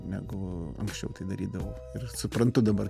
negu anksčiau darydavau ir suprantu dabar